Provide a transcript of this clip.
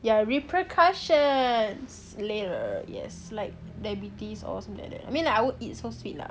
ya repercussions later yes like diabetes or something like that I mean like I won't eat so sweet lah